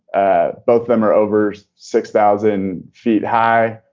ah both them are over six thousand feet high,